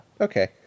okay